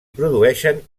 produeixen